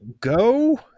go